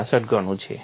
866 ગણું છે